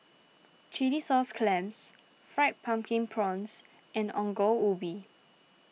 Chilli Sauce Clams Fried Pumpkin Prawns and Ongol Ubi